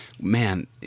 man